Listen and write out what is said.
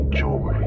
joy